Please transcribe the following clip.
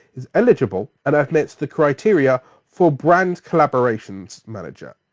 is eligible and i've met the criteria for brand collaborations manager.